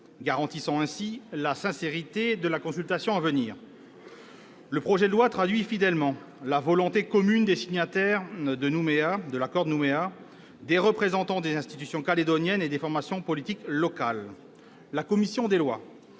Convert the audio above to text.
assurant ainsi la sincérité de la consultation à venir. Le projet de loi organique traduit fidèlement la volonté commune des signataires de l'accord de Nouméa, des représentants des institutions calédoniennes et des formations politiques locales. La commission des lois